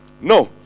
no